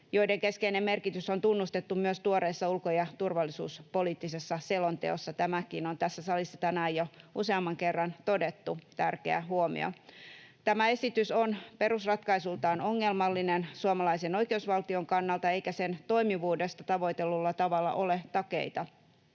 joiden keskeinen merkitys on tunnustettu myös tuoreessa ulko- ja turvallisuuspoliittisessa selonteossa — tämäkin on tässä salissa tänään jo useamman kerran todettu, tärkeä huomio. Tämä esitys on perusratkaisultaan ongelmallinen suomalaisen oikeusvaltion kannalta, eikä sen toimivuudesta tavoitellulla tavalla ole takeita.